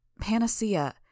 Panacea